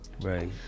Right